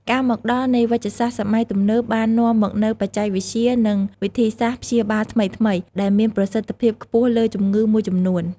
ការមកដល់នៃវេជ្ជសាស្ត្រសម័យទំនើបបាននាំមកនូវបច្ចេកវិទ្យា និងវិធីសាស្ត្រព្យាបាលថ្មីៗ ដែលមានប្រសិទ្ធភាពខ្ពស់លើជំងឺមួយចំនួន។